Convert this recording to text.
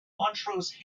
montrose